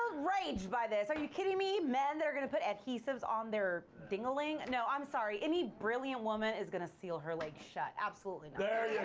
i'm outraged by this. are you kidding me? men, they're gonna put adhesives on their dingaling? no, i'm sorry. any brilliant woman is gonna seal her legs shut. absolutely not. there yeah